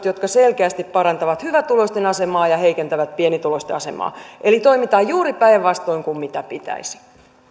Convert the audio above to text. jotka selkeästi parantavat hyvätuloisten asemaa ja heikentävät pienituloisten asemaa eli toimitaan juuri päinvastoin kuin miten pitäisi